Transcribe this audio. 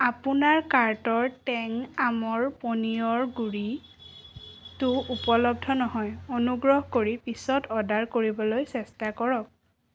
আপোনাৰ কাৰ্টৰ টেং আমৰ পনীয়ৰ গুড়ি টো উপলব্ধ নহয় অনুগ্ৰহ কৰি পিছত অৰ্ডাৰ কৰিবলৈ চেষ্টা কৰক